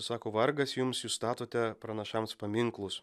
sako vargas jums jūs statote pranašams paminklus